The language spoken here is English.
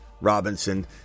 Robinson